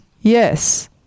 yes